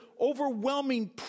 overwhelming